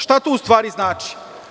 Šta to u stvari znači?